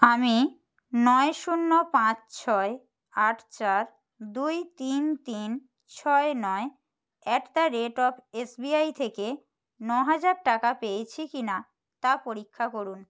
আমি নয় শূন্য পাঁচ ছয় আট চার দুই তিন তিন ছয় নয় at the rate of S B I থেকে ন হাজার টাকা পেয়েছি কি না তা পরীক্ষা করুন